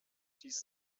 dies